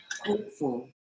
hopeful